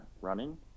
running